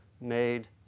made